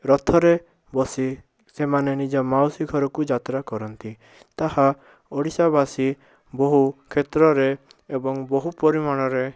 ରଥରେ ବସି ସେମାନେ ନିଜ ମାଉସୀ ଘରକୁ ଯାତ୍ରାକରନ୍ତି ତାହା ଓଡ଼ିଶାବାସୀ ବହୁ କ୍ଷେତ୍ରରେ ଏବଂ ବହୁପରିମାଣରେ